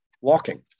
walking